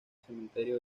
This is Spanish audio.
cementerio